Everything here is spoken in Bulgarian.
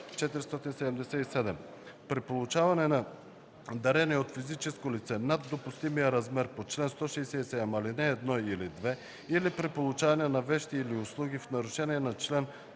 При получаване на дарение от физическо лице над допустимия размер по чл. 167, ал. 1 или 2 или при получаване на вещи или услуги в нарушение на чл. 167,